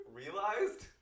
realized